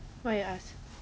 why you ask